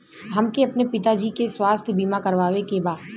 हमके अपने पिता जी के स्वास्थ्य बीमा करवावे के बा?